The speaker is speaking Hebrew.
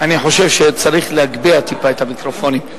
אני חושב שצריך להגביה טיפה את המיקרופונים.